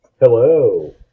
Hello